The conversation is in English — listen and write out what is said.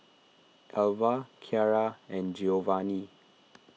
Elva Kyara and Giovani